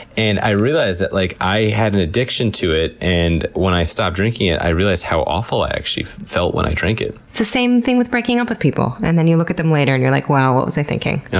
and i realized that like i had an addiction to it, and when i stopped drinking it i realized how awful i actually felt when i drank it. it's the same thing with breaking up with people, and you look at them later and you're like, wow, what was i thinking? well,